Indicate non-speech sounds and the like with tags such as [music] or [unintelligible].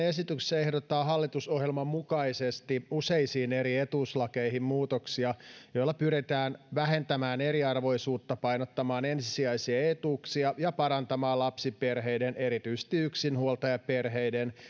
[unintelligible] esityksessä ehdotetaan hallitusohjelman mukaisesti useisiin eri etuuslakeihin muutoksia [unintelligible] joilla pyritään vähentämään eriarvoisuutta painottamaan ensisijaisia etuuksia ja parantamaan lapsiperheiden erityisesti yksinhuoltajaperheiden [unintelligible]